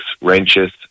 wrenches